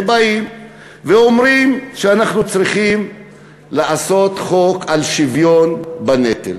ובאים ואומרים שצריך לחוקק חוק לשוויון בנטל.